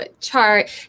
chart